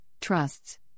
trusts